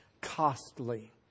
costly